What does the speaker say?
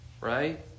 right